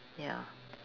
ya